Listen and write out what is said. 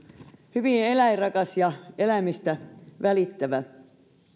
hyvin eläinrakas ja eläimistä välittävä